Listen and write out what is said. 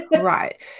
right